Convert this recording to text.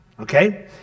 okay